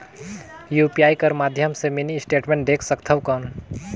UPI कर माध्यम से मिनी स्टेटमेंट देख सकथव कौन?